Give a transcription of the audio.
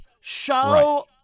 Show